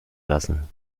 lassen